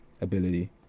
ability